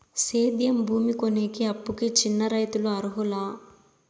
సేద్యం భూమి కొనేకి, అప్పుకి చిన్న రైతులు అర్హులా?